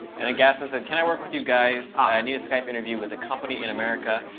and ghassen said, can i work with you guys? i i need a skype interview with a company in america.